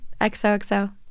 xoxo